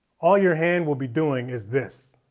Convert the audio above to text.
all your hand will be doing is this